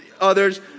others